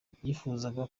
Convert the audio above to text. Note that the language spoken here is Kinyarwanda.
yifuzaga